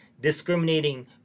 discriminating